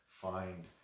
find